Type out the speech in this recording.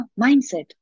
mindset